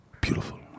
beautiful